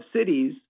cities